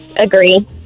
Agree